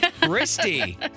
Christy